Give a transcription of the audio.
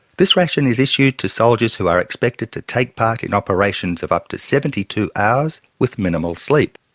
this ration is issued to soldiers who are expected to take part in operations of up to seventy two hours with minimal sleep.